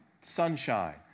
sunshine